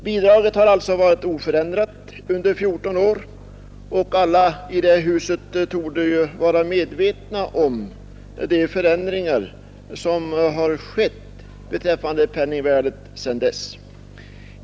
Bidragsgränsen har alltså varit oförändrad under 14 år, och alla i det här huset torde vara medvetna om de förändringar som har skett i penningvärdet under den tiden.